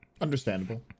Understandable